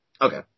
Okay